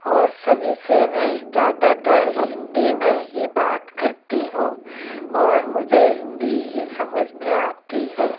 और सभी से मैं ज़्यादातर हिन्दी में ही बात करती हूँ और मुझे हिन्दी ही समझ में आती है